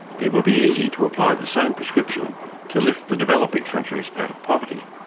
it would be easy to apply the same prescription to lift the developing countries out of poverty.